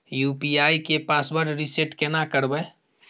UPI के password reset केना करबे?